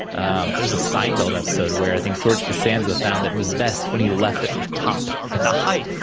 um there's a seinfield episode where i think george costanza found that it was best when he left at the top, at the height,